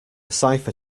cipher